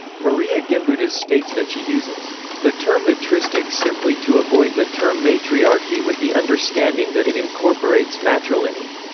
marija gimbutas states that she uses the term matristic simply to avoid the term matriarchy with the understanding that it incorporates matriliny.